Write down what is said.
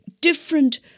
different